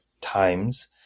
times